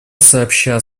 сообща